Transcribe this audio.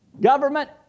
government